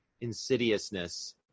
insidiousness